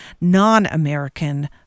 non-American